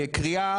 להצבעה.